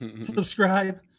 Subscribe